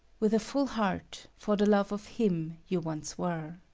with a full heart, for the love of him you once were.